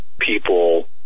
people